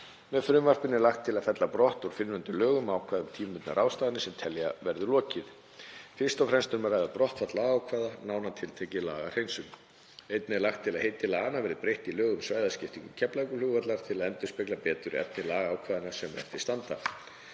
Með frumvarpinu er lagt til að fella brott úr fyrrnefndum lögum ákvæði um tímabundnar ráðstafanir sem telja verður lokið. Fyrst og fremst er um að ræða brottfall ákvæða, nánar tiltekið lagahreinsun. Einnig er lagt til að heiti laganna verði breytt í lög um svæðaskiptingu Keflavíkurflugvallar, til að endurspegla betur efni lagaákvæðanna sem eftir standa.